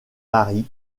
paris